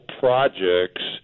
projects